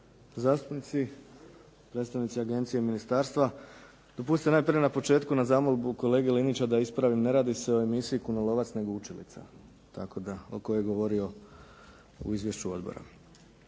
zastupnici, predstavnici agencije i ministarstva. Dopustite najprije na početku na zamolbu kolege Linića da ispravim ne radi se o emisiji "Kunolovac" nego "Učilica", tako da o kojoj je govorio u izvješću odbora.